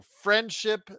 friendship